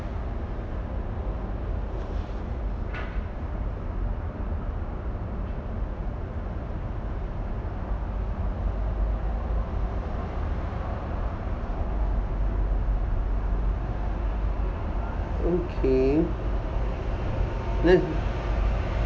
okay then